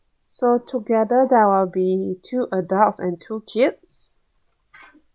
so together that would be two adults and two kids